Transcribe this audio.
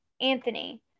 Anthony